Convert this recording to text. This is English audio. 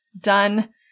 done